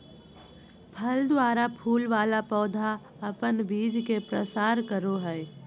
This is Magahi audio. फल द्वारा फूल वाला पौधा अपन बीज के प्रसार करो हय